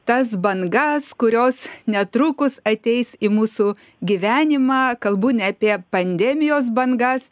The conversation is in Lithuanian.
tas bangas kurios netrukus ateis į mūsų gyvenimą kalbu ne apie pandemijos bangas